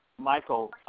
Michael